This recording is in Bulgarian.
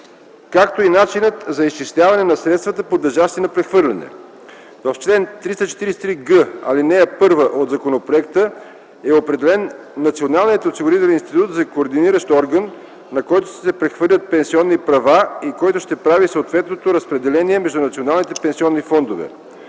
както и начинът за изчисляване на средствата, подлежащи на прехвърляне. В чл. 343г, ал. 1 от законопроекта е определен Националният осигурител институт за координиращ орган, на който ще се прехвърлят пенсионни права и който ще прави съответното разпределение между националните пенсионни фондове.